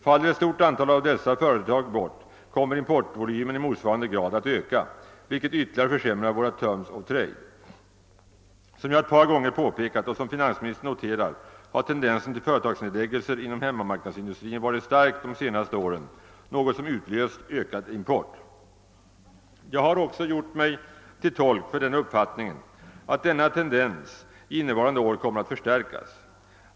Faller ett stort antal av dessa företag bort, kommer importvolymen att öka i motsvarande grad, vilket ytterligare försämrar våra terms of trade. Som jag ett par gånger påpekat och som finansministern notcrat, har tendensen till företagsnedläggningar inom hemmamarknadsindustrin varit stark de senaste åren, något som utlöst ökad import. Jag har också gjort mig till tolk för uppfattningen att denna tendens innevarande år kommer att förstärkas.